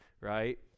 right